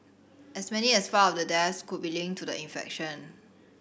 as many as five of the deaths could be linked to the infection